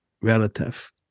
relative